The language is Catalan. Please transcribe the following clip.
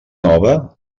nova